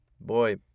boy